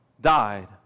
died